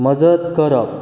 मजत करप